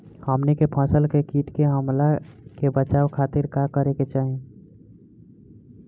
हमनी के फसल के कीट के हमला से बचावे खातिर का करे के चाहीं?